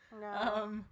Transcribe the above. No